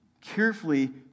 carefully